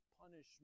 punishment